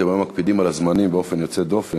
אתם היום מקפידים על הזמנים באופן יוצא דופן.